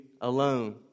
alone